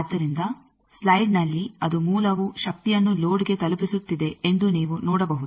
ಆದ್ದರಿಂದ ಸ್ಲೈಡ್ನಲ್ಲಿ ಅದು ಮೂಲವು ಶಕ್ತಿಯನ್ನು ಲೋಡ್ಗೆ ತಲುಪಿಸುತ್ತಿದೆ ಎಂದು ನೀವು ನೋಡಬಹುದು